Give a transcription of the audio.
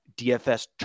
DFS